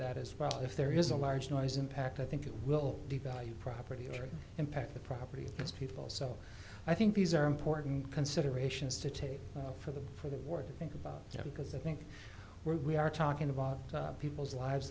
that as well if there is a large noise impact i think it will devalue property or impact the property its people so i think these are important considerations to take for the for the work you think about you know because i think where we are talking about people's lives